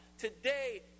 today